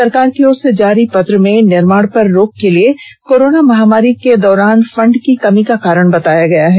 सरकार की ओर से जारी पत्र में निर्माण पर रोक के लिए कोरोना महामारी में फंड की कमी का कारण बताया गया है